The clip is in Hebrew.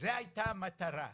זו הייתה המטרה.